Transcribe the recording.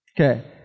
Okay